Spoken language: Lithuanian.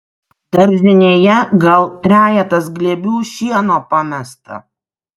daržinėje gal trejetas glėbių šieno pamesta